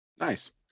nice